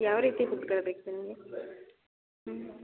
ಯಾವ ರೀತಿ ವುಡ್ಗಳು ಬೇಕು ನಿಮಗೆ ಹ್ಞೂ